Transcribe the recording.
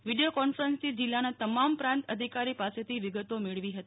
વી ીયો કોન્ફરન્સથી જિલ્લાના તમામ પ્રાંત અધિકારી પાસેથી વિગતો મેળવી હતી